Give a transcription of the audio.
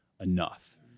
enough